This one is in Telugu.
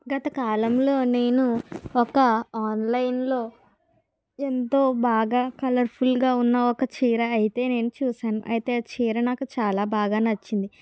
గత కాలంలో నేను ఒక ఆన్లైన్ లో ఎంతో బాగా కలర్ ఫుల్ గా ఉన్న ఒక చీరని అయితే నేను చూశాను అయితే ఆ చీర నాకు చాలా బాగా నచ్చింది